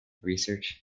research